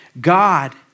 God